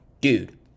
Dude